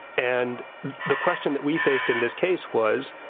and the question that we faced in this case was,